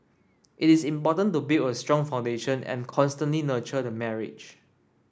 it is important to build a strong foundation and constantly nurture the marriage